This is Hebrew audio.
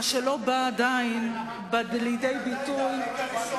מה שלא בא עדיין לידי ביטוי,